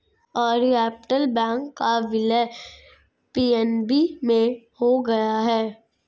Oriental Bank का विलय PNB में हो गया है